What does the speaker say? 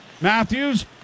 Matthews